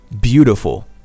beautiful